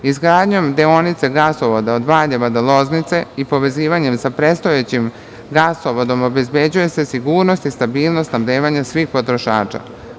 Izgradnjom deonice gasovoda od Valjeva do Loznice i povezivanjem sa predstojećim gasovodom obezbeđuje se sigurnost i stabilnost snabdevanja svih potrošača.